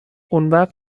اونوقت